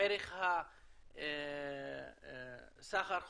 בערך סחר חוץ,